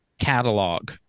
Catalog